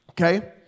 okay